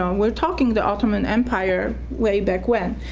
um we're talking the ottoman empire way back when,